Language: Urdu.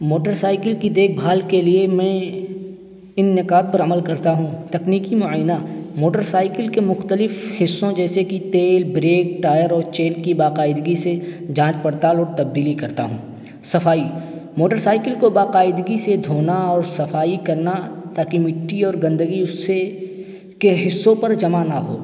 موٹر سائیکل کی دیکھ بھال کے لیے میں ان نکات پر عمل کرتا ہوں تکنیکی معائنہ موٹر سائیکل کے مختلف حصوں جیسے کہ تیل بریک ٹائر اور چین کی باقاعدگی سے جانچ پڑتال اور تبدیلی کرتا ہوں صفائی موٹر سائیکل کو باقاعدگی سے دھونا اور صفائی کرنا تاکہ مٹی اور گندگی اس سے کے حصوں پر جمع نہ ہو